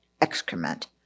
excrement